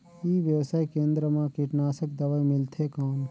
ई व्यवसाय केंद्र मा कीटनाशक दवाई मिलथे कौन?